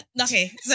okay